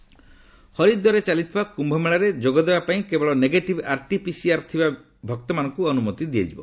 କୁମ୍ଭମେଳା ହରିଦ୍ୱାରରେ ଚାଲିଥିବା କ୍ୟୁମେଳାରେ ଯୋଗଦେବା ପାଇଁ କେବଳ ନେଗେଟିଭ୍ ଆର୍ଟି ପିସିଆର୍ ଥିବା ଭକ୍ତମାନଙ୍କୁ ଅନୁମତି ଦିଆଯିବ